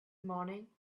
morning